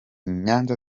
nyanza